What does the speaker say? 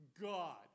God